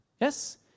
Yes